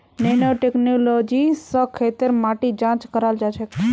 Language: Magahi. नैनो टेक्नोलॉजी स खेतेर माटी जांच कराल जाछेक